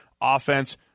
offense